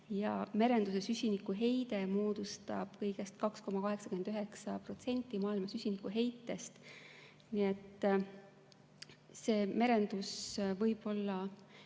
Merenduse süsinikuheide moodustab kõigest 2,89% maailma süsinikuheitest. Nii et merendus võib-olla